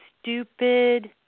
stupid